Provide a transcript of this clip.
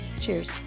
Cheers